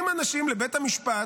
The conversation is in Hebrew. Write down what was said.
מגיעים אנשים לבית המשפט,